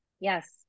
Yes